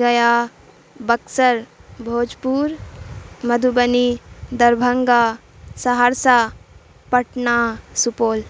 گیا بکسر بھوجپور مدھوبنی دربھنگا سہرسہ پٹنہ سپول